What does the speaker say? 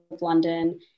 London